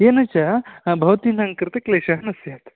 येन च भवतां कृते क्लेशः न स्यात्